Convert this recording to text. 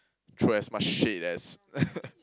throw as much shade as